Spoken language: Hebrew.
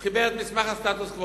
הוא חיבר את מסמך הסטטוס-קוו.